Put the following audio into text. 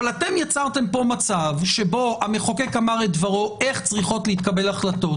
אבל אתם יצרתם פה מצב שבו המחוקק אמר את דברו איך צריכות להתקבל החלטות.